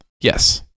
Yes